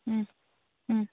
ꯎꯝ ꯎꯝ